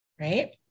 right